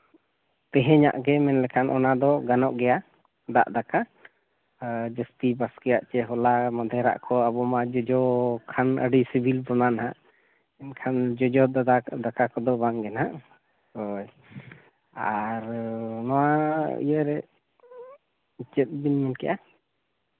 ᱛᱮᱦᱮᱧᱟᱜ ᱫᱚ ᱢᱮᱱ ᱞᱮᱠᱷᱟᱱ ᱚᱱᱟᱫᱚ ᱜᱟᱱᱚᱜ ᱜᱮᱭᱟ ᱫᱟᱜ ᱫᱟᱠᱟ ᱟᱨ ᱡᱟᱹᱥᱛᱤ ᱵᱟᱥᱠᱮᱭᱜ ᱥᱮ ᱦᱚᱞᱟ ᱢᱟᱫᱷᱮᱨᱟᱜ ᱠᱚ ᱟᱵᱚ ᱢᱟ ᱡᱚᱡᱚ ᱠᱷᱟᱱ ᱟᱹᱰᱤ ᱵᱚᱱᱟ ᱦᱟᱸᱜ ᱮᱱᱠᱷᱟᱱ ᱡᱚᱡᱚ ᱫᱟᱠᱟ ᱠᱚᱫᱚ ᱵᱟᱝ ᱜᱮᱦᱟᱸᱜ ᱦᱳᱭ ᱟᱨ ᱱᱚᱣᱟ ᱤᱭᱟᱹᱨᱮ ᱪᱮᱫ ᱵᱤᱱ ᱢᱮᱱ ᱠᱮᱜᱼᱟ